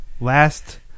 last